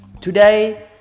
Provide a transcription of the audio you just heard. today